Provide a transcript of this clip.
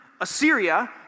Assyria